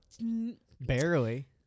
barely